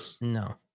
No